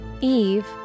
Eve